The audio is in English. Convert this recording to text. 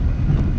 mm